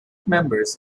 members